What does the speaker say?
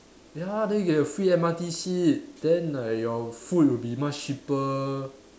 ya then you get your free M_R_T seat then like your food will be much cheaper